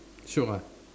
shiok ah